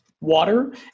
water